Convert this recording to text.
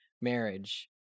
marriage